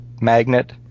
magnet